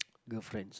girlfriends